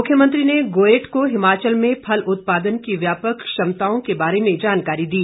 मुख्यमंत्री ने गोएट को हिमाचल में फल उत्पादन की व्यापक क्षमताओं के बारे में जानकारी दी